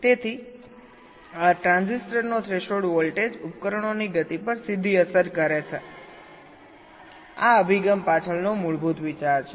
તેથી ટ્રાન્ઝિસ્ટરનો threshold voltage ઉપકરણોની ગતિ પર સીધી અસર કરે છે આ અભિગમ પાછળનો મૂળ વિચાર છે